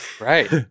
right